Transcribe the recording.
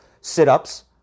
sit-ups